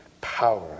power